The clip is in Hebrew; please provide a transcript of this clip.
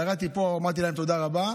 ירדתי לפה ואמרתי להם תודה רבה.